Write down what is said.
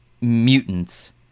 mutants